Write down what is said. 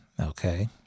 Okay